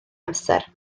amser